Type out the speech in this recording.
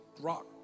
rock